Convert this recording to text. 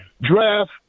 draft